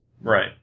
Right